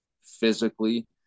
physically